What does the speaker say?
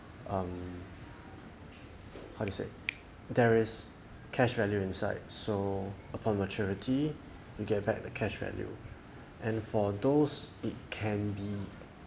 um how to say there is cash value inside so upon maturity you get back the cash value and for those it can be